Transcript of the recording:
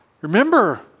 Remember